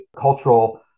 cultural